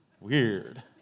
Weird